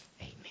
Amen